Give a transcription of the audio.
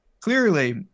Clearly